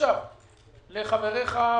לחבריך בקואליציה,